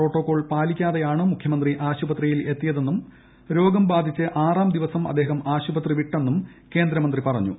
protocol പാലിക്കാതെയാണ് മുഖ്യമന്ത്രി ആശുപത്രിയിലെത്തിയതെന്നും രോഗം ബാധിച്ച് ആറാം ദിവസം അദ്ദേഹം ആശുപത്രി വിട്ടെന്നും കേന്ദ്രമന്ത്രി പറഞ്ഞു